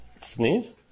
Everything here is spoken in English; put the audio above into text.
Sneeze